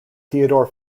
theodor